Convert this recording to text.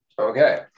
Okay